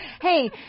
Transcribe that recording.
Hey